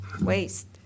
waste